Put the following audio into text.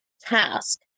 task